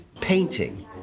painting